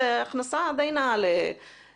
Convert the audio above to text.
זו הכנסה די נאה לבית.